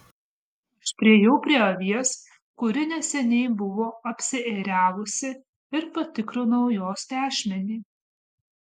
aš priėjau prie avies kuri neseniai buvo apsiėriavusi ir patikrinau jos tešmenį